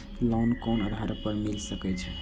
Loan कोन आधार पर मिल सके छे?